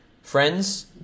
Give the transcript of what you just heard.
Friends